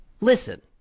Listen